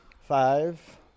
five